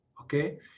okay